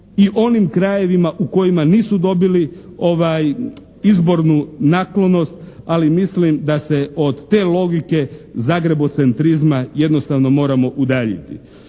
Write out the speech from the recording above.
I onim krajevima u kojima nisu dobili izbornu naklonost, ali mislim da se od te logike zagrebocentrizma jednostavno moramo udaljiti.